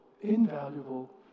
invaluable